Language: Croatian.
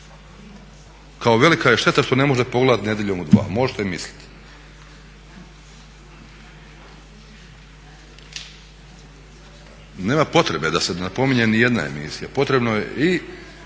Kao velika je šteta što ne može da pogleda Nedjeljom u 2, možete mislit. Nema potrebe da se napominje ni jedna emisija, potrebno je i